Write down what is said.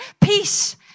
Peace